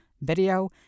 Video